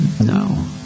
No